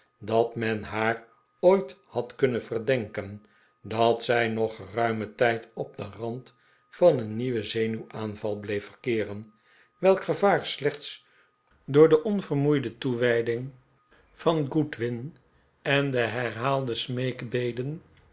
dat men haar ooit had kunnen verdenken dat zij nog geruimen tijd op den rand van een nieuwen zenuwaanval bleef verkeeren welk gevaar slechts door de onvermoeide toewijding van goodwin en de herhaalde